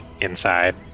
inside